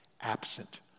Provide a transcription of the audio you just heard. absent